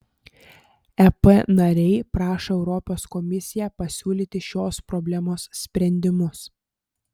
ep nariai prašo europos komisiją pasiūlyti šios problemos sprendimus